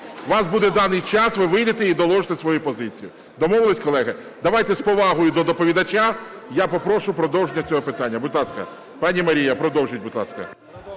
вас буде даний час, ви вийдете і доложите свою позицію. Домовились, колеги? Давайте з повагою до доповідача, я попрошу продовжити це питання. Будь ласка, пані Марія, продовжіть, будь ласка.